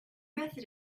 method